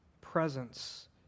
Presence